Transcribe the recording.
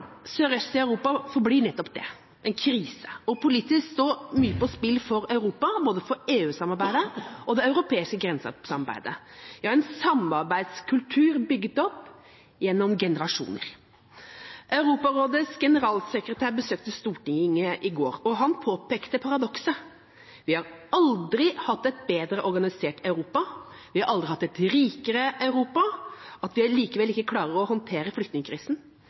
sørøst i Europa forblir nettopp det, en krise, og politisk står mye på spill for Europa, både for EU-samarbeidet og for det europeiske grensesamarbeidet – ja for en samarbeidskultur bygget opp gjennom generasjoner. Europarådets generalsekretær besøkte Stortinget i går, og han påpekte paradokset: Vi har aldri hatt et bedre organisert Europa. Vi har aldri hatt et rikere Europa. At vi likevel ikke klarer å håndtere